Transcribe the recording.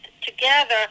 together